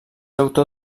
autor